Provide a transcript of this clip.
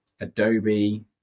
Adobe